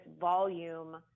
volume